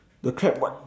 the crab what